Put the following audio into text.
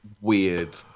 Weird